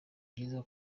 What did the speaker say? byiza